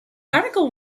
article